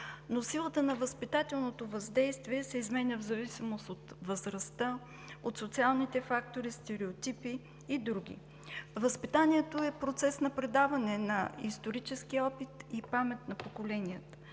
но силата на възпитателното въздействие се изменя в зависимост от възрастта, от социалните фактори, стереотипи и други. Възпитанието е процес на предаване на исторически опит и памет на поколенията.